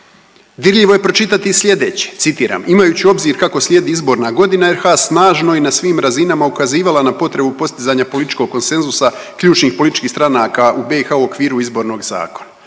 Dirljivo je pročitati i sljedeće, citiram, imajući u obzir kako slijedi izborna godina RH snažno i na svim razinama ukazivala na potrebu postizanja političkog konsenzusa ključnih političkih stranaka u BiH u okviru Izbornog zakona.